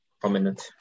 prominent